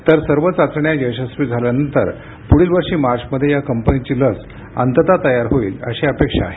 तर सर्व चाचण्या यशस्वी झाल्यानंतर पुढील वर्षी मार्चमध्ये या कंपनीची लस अंततः तयार होईल अशी अपेक्षा आहे